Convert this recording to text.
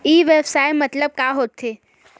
ई व्यवसाय मतलब का होथे?